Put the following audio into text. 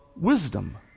wisdom